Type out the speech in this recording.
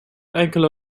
enkele